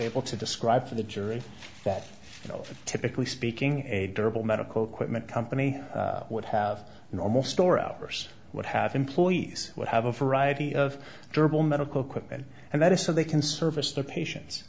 able to describe for the jury that typically speaking a durable medical equipment company would have normal store hours would have employees would have a variety of durable medical equipment and that is so they can service the patients